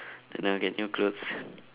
then I'll get new clothes